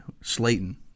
Slayton